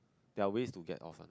there are ways to get off